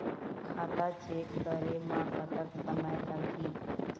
खाता चेक करे म कतक समय लगही?